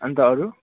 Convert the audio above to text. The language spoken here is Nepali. अन्त अरू